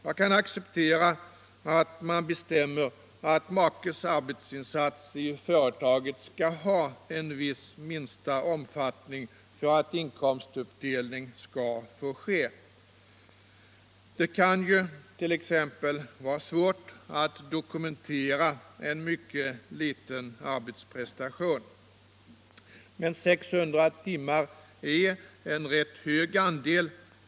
Jag kan acceptera att man bestämmer att makes arbetsinsats i företaget skall ha en viss minsta omfattning för att inkomstuppdelning skall få ske. Det kan ju t.ex. vara svårt att dokumentera en mycket liten arbetsprestation. Men 600 timmar är en rätt hög andel.